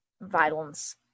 violence